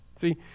See